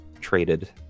traded